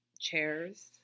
chairs